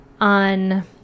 on